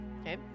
Okay